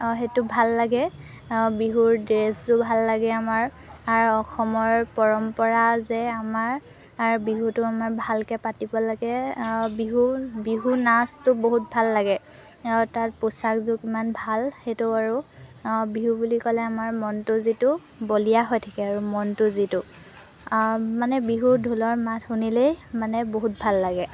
সেইটো ভাল লাগে বিহুৰ ড্ৰেছযোৰ ভাল লাগে আমাৰ আৰু অসমৰ পৰম্পৰা যে আমাৰ বিহুটো আমাৰ ভালকৈ পাতিব লাগে বিহু বিহু নাচটো বহুত ভাল লাগে তাত পোচাকযোৰ কিমান ভাল সেইটো আৰু বিহু বুলি ক'লে আমাৰ মনটো যিটো বলিয়া হৈ থাকে আৰু মনটো যিটো মানে বিহু ঢোলৰ মাত শুনিলেই মানে বহুত ভাল লাগে